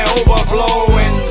overflowing